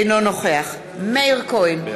אינו נוכח מאיר כהן,